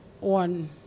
on